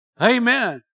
Amen